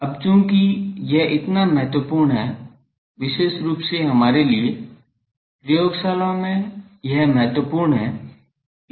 अब चूंकि यह इतना महत्वपूर्ण है विशेष रूप से हमारे लिए प्रयोगशालाओं में यह महत्वपूर्ण है